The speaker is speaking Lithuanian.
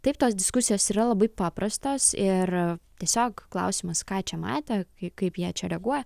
taip tos diskusijos yra labai paprastos ir tiesiog klausimas ką čia matė kai kaip jie čia reaguoja